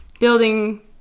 building